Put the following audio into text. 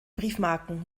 briefmarken